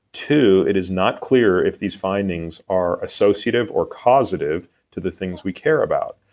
two, it is not clear if these findings are associative or causative to the things we care about.